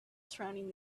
surrounding